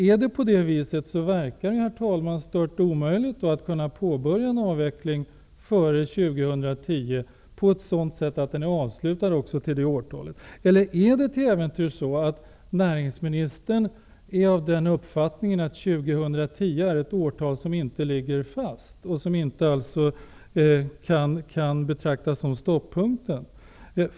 Är det på det viset, verkar det vara stört omöjligt att påbörja en avveckling före 2010 på ett sådant sätt att den också är avslutad till det årtalet. Eller är det till äventyrs så, att näringsministern är av den uppfattningen att 2010 är ett årtal som inte ligger fast och som alltså inte kan betraktas som stoppunkten?